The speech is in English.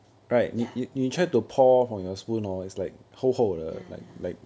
ya ya